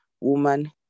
woman